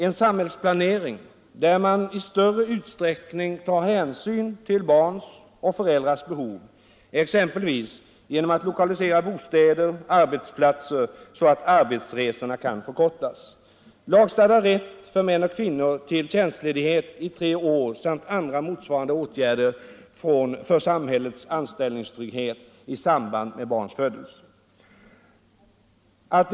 En samhällsplanering, där man i större utsträckning tar hänsyn till barns och föräldrars behov, exempelvis genom att lokalisera bostäder och arbetsplatser så att arbetsresorna kan förkortas. 4.